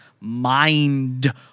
Mind